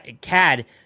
CAD